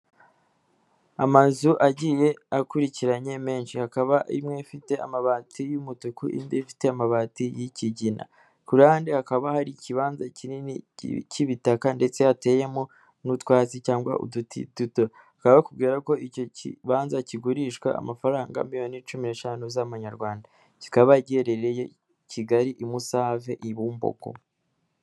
Amazu agiye akurikiranye menshi hakaba imwe ifite amabati y'umutuku indi ifite amabati y'ikigina, ku ruhande hakaba hari ikibanza kinini k'ibitaka ndetse hateyemo n'utwatsi cyangwa uduti duto, bakaba bakubwira ko icyo kibanza kigurishwa amafaranga miliyoni cumi n'eshanu z'amanyarwanda kikaba giherereye Kigali i Musave i Bumbogo.